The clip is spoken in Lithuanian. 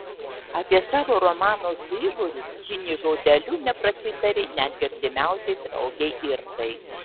apie savo romaną su igoriu ji nė žodeliu neprasitarė netgi artimiausiai draugei irkai